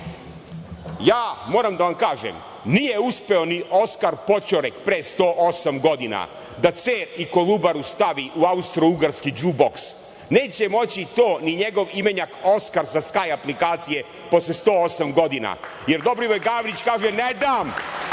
vlasti. Moram da vam kažem, nije uspeo ni Oskar Poćorek pre 108 godina da Cer i Kolubaru stavi u austrougarski džuboks, neće moći to ni njegov imenjak Oskar sa Skaj aplikacije posle 108 godina, jer Dobrivoje Gavrić kaže – ne dam.